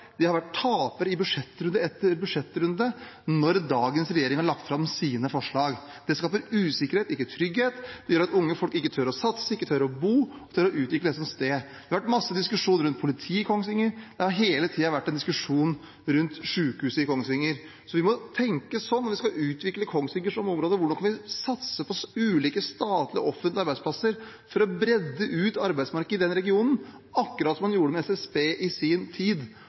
De har vært en taper i budsjettrunde etter budsjettrunde når dagens regjering har lagt fram sine forslag. Det skaper usikkerhet, ikke trygghet. Det gjør at unge folk ikke tør å satse, ikke tør å bo, ikke tør å utvikle det som sted. Det har vært masse diskusjon rundt politiet i Kongsvinger. Det har hele tiden vært en diskusjon rundt sykehuset i Kongsvinger. Vi må tenke sånn hvis vi skal utvikle Kongsvinger som område: Hvordan kan vi satse på ulike statlige, offentlige arbeidsplasser for å bre ut arbeidsmarkedet i den regionen, akkurat som man gjorde med SSB i sin tid?